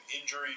injury